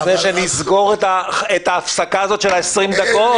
לפני שאני אסגור את ההפסקה הזאת של ה-20 דקות?